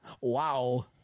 Wow